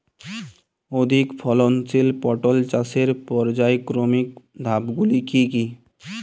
অধিক ফলনশীল পটল চাষের পর্যায়ক্রমিক ধাপগুলি কি কি?